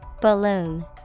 Balloon